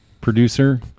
producer